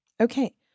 Okay